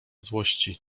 złości